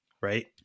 right